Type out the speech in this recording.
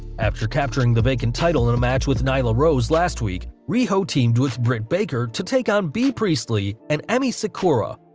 after capturing the vacant title in a match with nyla rose last week, riho teamed with britt banker to take on bea priestly and emi sakura.